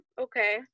Okay